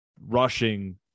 rushing